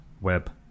web